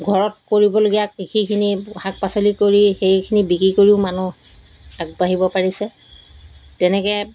ঘৰত কৰিবলগীয়া কৃষিখিনি শাক পাচলি কৰি সেইখিনি বিক্ৰী কৰিও মানুহ আগবাঢ়িব পাৰিছে তেনেকৈ